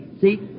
See